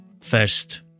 first